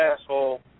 asshole